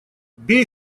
бей